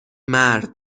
مرد